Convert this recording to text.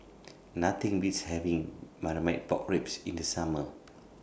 Nothing Beats having Marmite Pork Ribs in The Summer